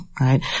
right